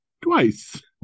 twice